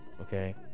okay